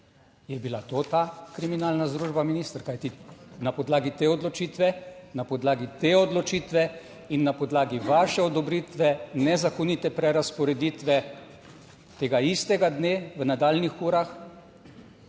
Je bila to ta kriminalna združba, minister? Kajti na podlagi te odločitve, na podlagi te odločitve in na podlagi vaše odobritve nezakonite prerazporeditve tega istega dne v nadaljnjih urah,